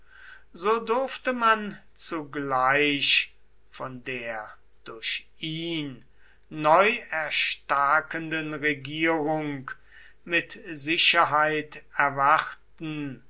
so durfte man zugleich von der durch ihn neu erstarkenden regierung mit sicherheit erwarten